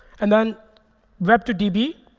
and then web to db,